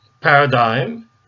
paradigm